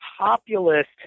populist